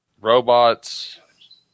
robots